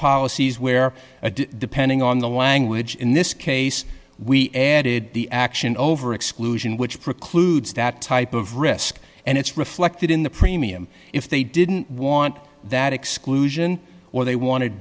policies where depending on the language in this case we added the action over exclusion which precludes that type of risk and it's reflected in the premium if they didn't want that exclusion or they wanted